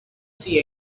see